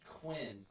Quinn